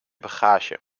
bagage